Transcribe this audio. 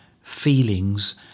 feelings